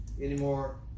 anymore